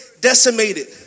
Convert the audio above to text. decimated